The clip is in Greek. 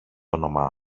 όνομα